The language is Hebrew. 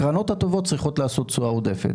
הקרנות הטובות צריכות לעשות תשואה עודפת.